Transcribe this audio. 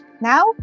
Now